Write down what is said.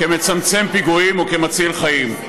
כמצמצם פיגועים וכמציל חיים.